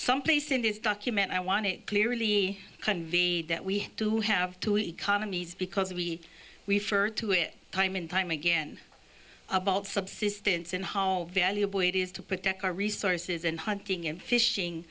someplace in this document i want to clearly convey that we do have two economies because we we've heard to it time and time again about subsistence and how valuable it is to protect our resources in hunting and fishing